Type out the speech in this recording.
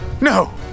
no